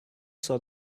saw